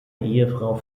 ehefrau